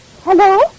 Hello